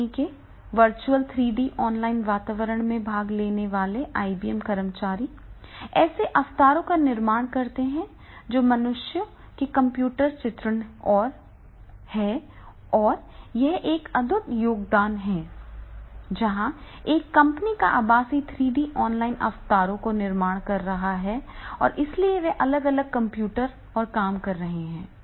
company के virtual 3 D online वातावरण में भाग लेने वाले आईबीएम कर्मचारी ऐसे अवतारों का निर्माण करते हैं जो मनुष्यों के कंप्यूटर चित्रण हैं और यह एक अद्भुत योगदान है जहां एक कंपनी का आभासी 3 डी ऑनलाइन अवतारों का निर्माण कर रहा है और इसलिए वे अलग अलग कंप्यूटर और काम कर रहे हैं